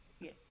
Yes